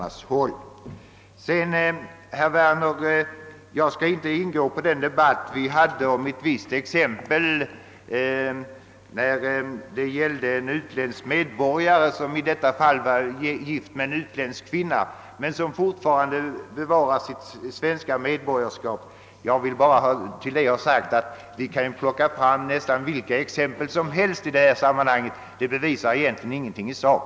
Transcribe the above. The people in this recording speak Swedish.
Jag skall inte, herr Werner, ingå på den debatt vi hade i utskottet om ett visst exempel som gällde en svensk som var gift med en utländsk kvinna men som fortfarande bevarade sitt svenska medborgarskap. Vi kan plocka fram nästan vilka exempel som helst i dessa sammanhang, men de bevisar egentligen ingenting i sak.